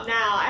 now